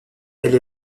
elle